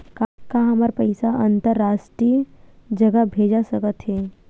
का हमर पईसा अंतरराष्ट्रीय जगह भेजा सकत हे?